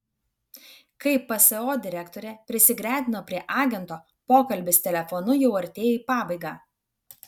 kai pso direktorė prisigretino prie agento pokalbis telefonu jau artėjo į pabaigą